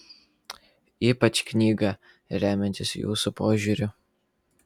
ypač knygą remiantis jūsų požiūriu